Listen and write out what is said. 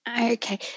okay